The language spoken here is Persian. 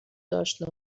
داشت